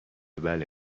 بله